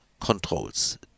controls